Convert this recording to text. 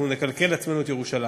אנחנו נקלקל לעצמנו את ירושלים.